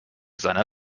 seiner